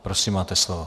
Prosím, máte slovo.